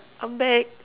I'm back